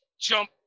jump